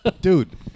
Dude